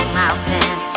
mountain